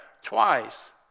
twice